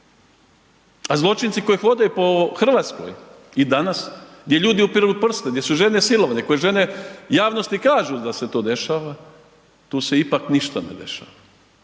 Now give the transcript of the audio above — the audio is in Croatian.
a zločinci koji hodaju po Hrvatskoj i danas, di ljudi upiru prste, gdje su žene silovane, koje žene javnosti kažu da se to dešava, tu se ipak ništa ne dešava.